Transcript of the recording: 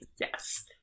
Yes